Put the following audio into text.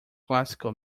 classical